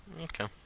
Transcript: Okay